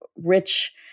rich